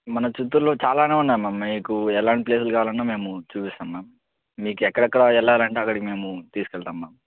మన చిత్తూరులో చాలానే ఉన్నాయి మామ్ మీకు ఎలాంటి ప్లేసులు కావాలన్నా మేము చూపిస్తాం మ్యామ్ మీకు ఎక్కడెక్కడ వెళ్లాలంటే అక్కడికి మేము తీసుకెళ్తాం మ్యామ్